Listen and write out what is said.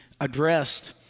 addressed